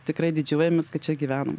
tikrai didžiuojamės kad čia gyvenam